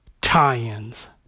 Tie-Ins